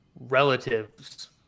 Relatives